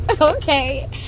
okay